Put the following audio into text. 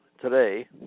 today